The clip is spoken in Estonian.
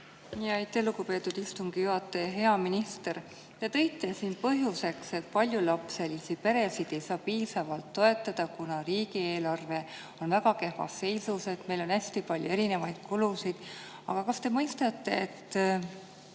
lugupeetud istungi juhataja! Hea minister! Te tõite põhjuseks, et paljulapselisi peresid ei saa piisavalt toetada, kuna riigieelarve on väga kehvas seisus ja meil on hästi palju erinevaid kulusid. Aga kas te mõistate, et